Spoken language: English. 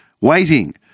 waiting